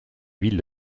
ville